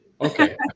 Okay